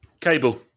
Cable